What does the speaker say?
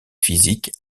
physiques